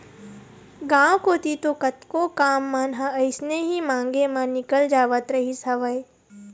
गांव कोती तो कतको काम मन ह अइसने ही मांगे म निकल जावत रहिस हवय